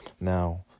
Now